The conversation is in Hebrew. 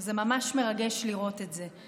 זה ממש מרגש לראות את זה.